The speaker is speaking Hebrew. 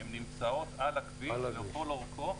הן נמצאות על הכביש לכל אורכו,